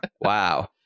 Wow